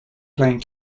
playing